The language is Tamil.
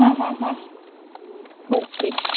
ஆ ஆ ஆ ஓகே மேம்